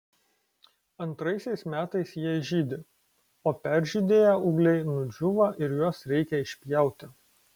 antraisiais metais jie žydi o peržydėję ūgliai nudžiūva ir juos reikia išpjauti